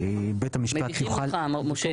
בית המשפט --- מדיחים אותך, מר משה.